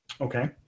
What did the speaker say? Okay